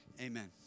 Amen